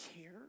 care